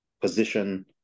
position